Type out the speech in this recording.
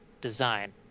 design